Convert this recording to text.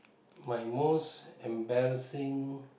my most embarrassing